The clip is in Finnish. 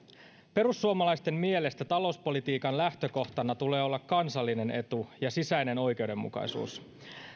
perussuomalaisten mielestä talouspolitiikan lähtökohtana tulee olla kansallinen etu ja sisäinen oikeudenmukaisuus